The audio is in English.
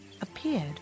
appeared